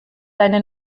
deine